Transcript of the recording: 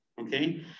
okay